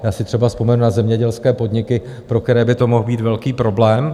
Já si třeba vzpomenu na zemědělské podniky, pro které by to mohl být velký problém.